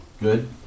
Good